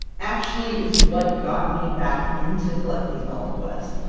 actually is what got me back into collecting elfquest.